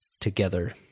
together